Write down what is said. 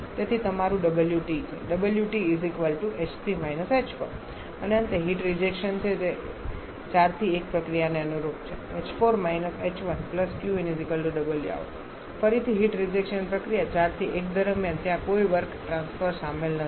તેથી તમારું wt છે અને અંતે હીટ રિજેક્શન છે જે 4 થી 1 પ્રક્રિયાને અનુરૂપ છે ફરીથી હીટ રિજેક્શન પ્રક્રિયા 4 થી 1 દરમિયાન ત્યાં કોઈ વર્ક ટ્રાન્સફર સામેલ નથી